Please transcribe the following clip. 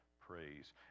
praise